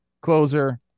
closer